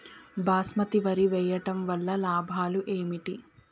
బాస్మతి వరి వేయటం వల్ల లాభాలు ఏమిటి?